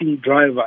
driver